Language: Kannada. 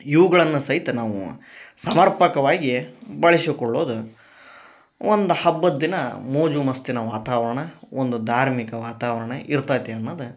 ಇವುಗಳನ್ನ ಸಹಿತ ನಾವು ಸಮರ್ಪಕವಾಗಿ ಬಳಸಿಕೊಳ್ಳೋದ ಒಂದು ಹಬ್ಬದ ದಿನ ಮೋಜು ಮಸ್ತಿನ ವಾತಾವರಣ ಒಂದು ಧಾರ್ಮಿಕ ವಾತಾವರಣ ಇರ್ತೈತಿ ಅನ್ನದ